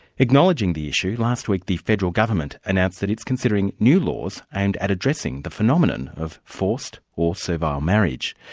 acknowledging the issue, last week the federal government announced that it's considering new laws aimed at addressing the phenomenon of forced or so servile um marriage.